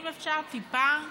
אדוני, האם אפשר טיפה,